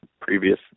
previous